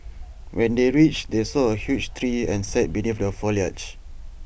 when they reached they saw A huge tree and sat beneath the foliage